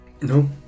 No